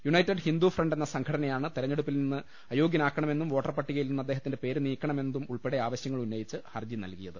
United Hindu Front എന്ന സംഘടനയാണ് തെരഞ്ഞെ ടുപ്പിൽ നിന്ന് അയോഗ്യനാക്കണമെന്നും വോട്ടർപട്ടികയിൽ നിന്ന് അദ്ദേഹത്തിന്റെ പേര് നീക്കണമെന്നതും ഉൾപ്പെടെ ആവശ്യങ്ങൾ ഉന്നയിച്ച് ഹർജി നൽകിയത്